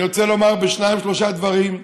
אני רוצה לומר שניים-שלושה דברים: